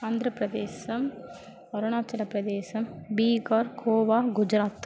Andhra Pradesh Arunachal Pradesh Bihar Goa Gujarat